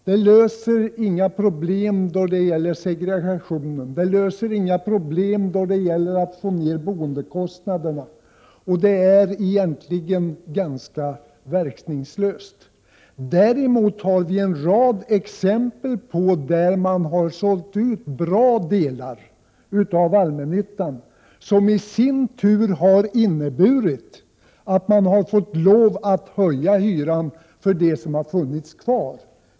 Det löser inga problem i fråga om segregation och då det gäller att sänka boendekostnaderna. Egentligen är det alltså ganska verkningslöst. Dåremot finns det exempel på att man har sålt ut bra delar av allmännyttan, vilket har inneburit att man har måst höja hyran för dem som blivit kvar.